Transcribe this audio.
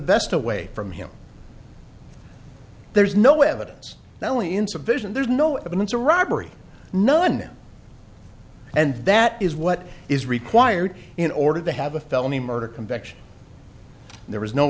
vest away from him there's no evidence now insufficient there's no evidence of robbery none and that is what is required in order to have a felony murder conviction there was no